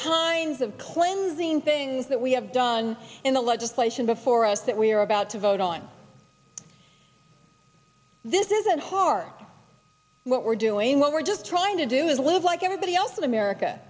kinds of claims in things that we have done in the legislation before us that we're about to vote on this isn't hard what we're doing what we're just trying to do is live like everybody else in america